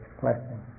blessing